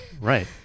right